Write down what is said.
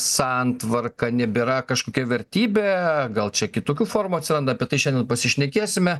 santvarka nebėra kažkokia vertybė gal čia kitokių formų atsiranda apie tai šiandien pasišnekėsime